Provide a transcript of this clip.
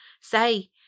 say